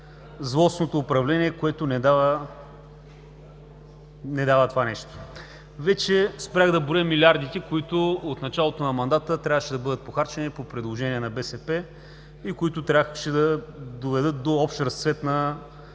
злостното управление, което не дава това нещо. Вече спрях да броя милиардите, които от началото на мандата трябваше да бъдат похарчени по предложение на БСП и които трябваше да доведат до общ разцвет на